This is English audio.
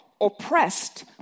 oppressed